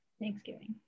Thanksgiving